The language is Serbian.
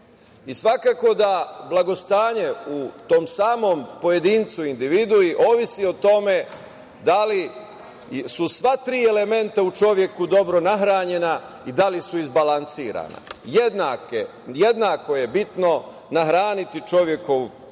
I svakako da blagostanje u tom samom pojedincu ili individui zavisi od toga da li su sva tri elementa u čoveku dobro nahranjena i da li su izbalansirana. Jednako je bitno nahraniti čovekovu